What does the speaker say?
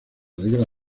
alegra